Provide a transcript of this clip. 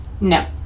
no